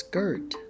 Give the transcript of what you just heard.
Skirt